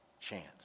chance